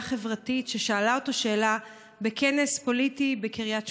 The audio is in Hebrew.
חברתית ששאלה אותו שאלה בכנס פוליטי בקריית שמונה.